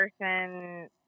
person